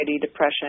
depression